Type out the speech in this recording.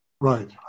Right